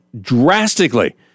drastically